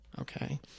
Okay